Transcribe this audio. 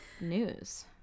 news